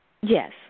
yes